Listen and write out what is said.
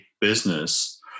business